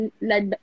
let